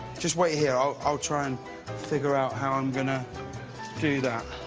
just wait here. i'll i'll try and figure out how i'm gonna do that.